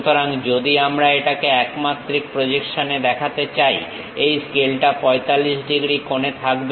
সুতরাং যদি আমরা এটাকে একমাত্রিক প্রজেকশনে দেখাতে চাই এই স্কেলটা 45 ডিগ্রী কোণে থাকবে